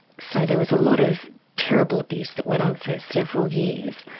so there was a lot of terrible abuse that went on for several years.